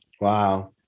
Wow